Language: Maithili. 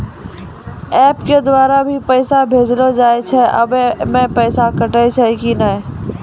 एप के द्वारा भी पैसा भेजलो जाय छै आबै मे पैसा कटैय छै कि नैय?